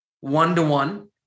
one-to-one